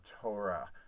Torah